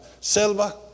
selva